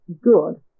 good